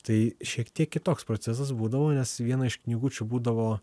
tai šiek tiek kitoks procesas būdavo nes viena iš knygučių būdavo